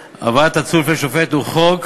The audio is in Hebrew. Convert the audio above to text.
הבאת עצור בפני שופט בימים של שבת וחג) הוא חוק